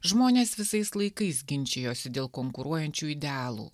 žmonės visais laikais ginčijosi dėl konkuruojančių idealų